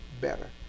better